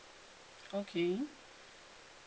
okay